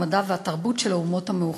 המדע והתרבות של האומות המאוחדות,